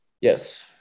Yes